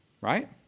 Right